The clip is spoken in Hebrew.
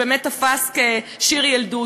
זה באמת תפס כשיר ילדות,